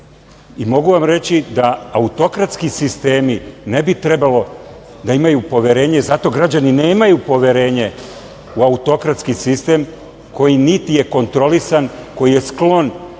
i mogu vam reći da autokratski sistemi ne bi trebalo da imaju poverenje. Zato građani nemaju poverenje u autokratski sistem koji niti je kontrolisan, koji je sklon